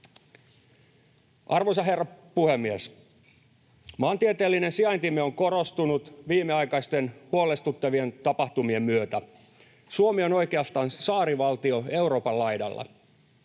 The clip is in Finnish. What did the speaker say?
Arvoisa herra puhemies! Maantieteellinen sijaintimme on korostunut viimeaikaisten huolestuttavien tapahtumien myötä. Suomi on oikeastaan saarivaltio Euroopan laidalla.